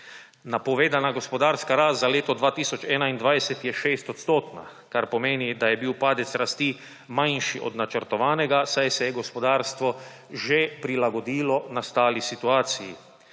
Napovedana gospodarska rast za leto 2021 je 6-odstotna, kar pomeni, da je bil padec rasti manjši od načrtovanega, saj se je gospodarstvo že prilagodilo nastali situaciji.